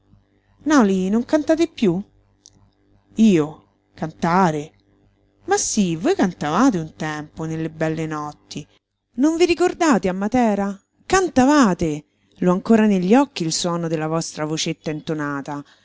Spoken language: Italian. noli non cantate piú io cantare ma sí voi cantavate un tempo nelle belle notti non vi ricordate a matera cantavate l'ho ancora negli orecchi il suono della vostra vocetta intonata